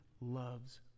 loves